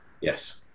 Yes